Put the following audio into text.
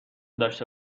داشته